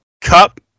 Cup